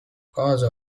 causes